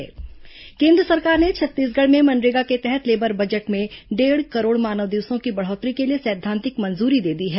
MNREGA labour केन्द्र सरकार ने छत्तीसगढ़ में मनरेगा के तहत लेबर बजट में डेढ़ करोड़ मानव दिवसों की बढ़ोत्तरी के लिए सैद्वांतिक मंजूरी दे दी है